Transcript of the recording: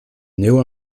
néo